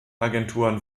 agenturen